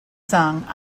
song